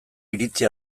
iritzi